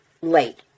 late